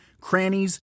crannies